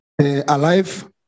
alive